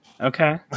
Okay